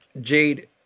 Jade